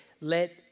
Let